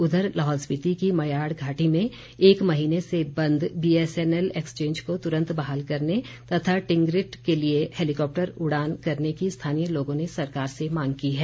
उधर लाहौल स्पीति की मयाड़ घाटी में एक महीने से बंद बीएसएनएल एक्सचेंज को तुरंत बहाल करने तथा टिंगरिट के लिए हैलीकॉप्टर उड़ाने करने की स्थानीय लोगों ने सरकार से मांग की है